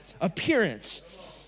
appearance